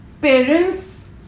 parents